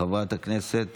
חברת הכנסת